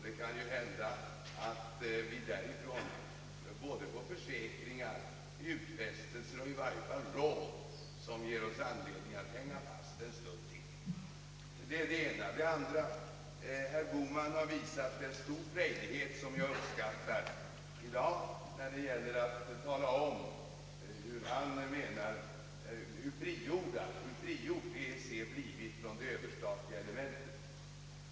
Det kan ju hända att vi därifrån både får försäkringar och utfästelser och i varje fall råd som ger oss anledning att hänga fast en stund till. Det är det ena jag vill säga. Det andra är att herr Bohman i dag har visat en stor frejdighet som jag uppskattar när det gäller att tala om hur frigjord EEC blivit från det överstatliga elementet.